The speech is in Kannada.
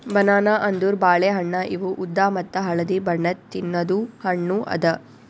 ಬನಾನಾ ಅಂದುರ್ ಬಾಳೆ ಹಣ್ಣ ಇವು ಉದ್ದ ಮತ್ತ ಹಳದಿ ಬಣ್ಣದ್ ತಿನ್ನದು ಹಣ್ಣು ಅದಾ